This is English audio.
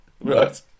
Right